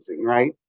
right